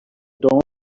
dawn